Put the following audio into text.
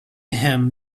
him